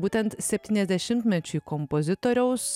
būtent septyniasdešimtmečiui kompozitoriaus